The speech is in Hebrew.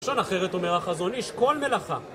לשון אחרת אומר החזון איש כל מלאכה